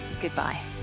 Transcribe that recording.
goodbye